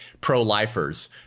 pro-lifers